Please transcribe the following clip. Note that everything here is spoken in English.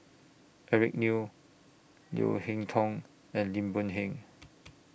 Eric Neo Leo Hee Tong and Lim Boon Heng